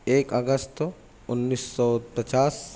ایک اگست انیس سو پچاس